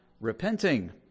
repenting